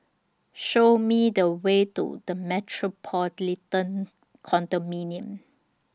Show Me The Way to The Metropolitan Condominium